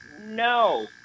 no